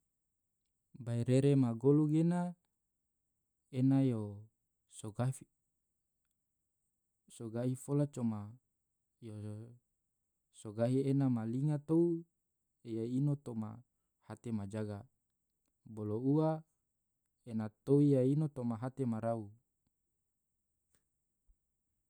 bairere ma golu gena ena yo so gahi fola coma yo sogahi ena ma linga touu iya ino toma hate ma jaga bolo ua tou iya ino toma hate ma rau.